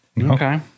Okay